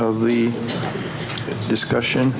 of the discussion